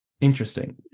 Interesting